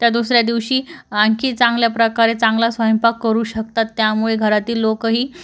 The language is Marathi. त्या दुसऱ्या दिवशी आणखी चांगल्या प्रकारे चांगला स्वयंपाक करू शकतात त्यामुळे घरातील लोकही